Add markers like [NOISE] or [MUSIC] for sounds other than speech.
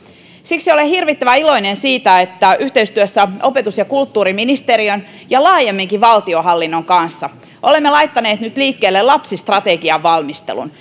siksi olen hirvittävän iloinen siitä että yhteistyössä opetus ja kulttuuriministeriön ja laajemminkin valtionhallinnon kanssa olemme nyt laittaneet liikkeelle lapsistrategian valmistelun [UNINTELLIGIBLE]